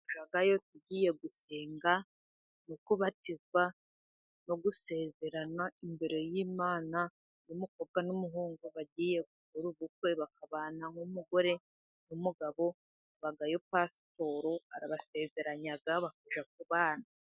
Tujyayo tugiye gusenga no kubatizwa no gusezerana imbere y'Imana. Iyo umukobwa n'umuhungu bagiye ku gukora ubukwe bakabana nk'umugore n'umugabo habayo pasitoro arabasezeranya bakajya kubana.